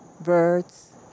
birds